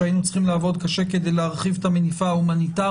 שהיינו צריכים לעבוד קשה כדי להרחיב את המניפה ההומניטרית.